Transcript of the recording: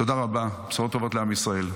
תודה רבה, בשורות טובות לעם ישראל.